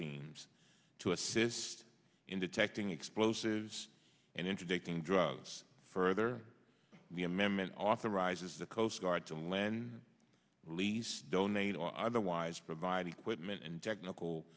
teams to assist in detecting explosives and interdicting drugs further the amendment authorizes the coast guard to lend lease donate all either wise provide equipment and technical